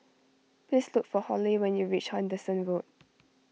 please look for Halle when you reach Henderson Road